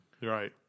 Right